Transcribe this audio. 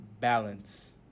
balance